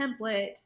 template